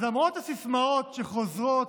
אבל למרות הסיסמאות שחוזרות,